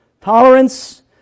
tolerance